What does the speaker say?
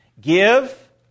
Give